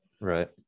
right